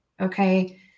Okay